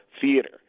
theater